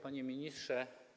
Panie Ministrze!